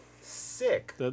sick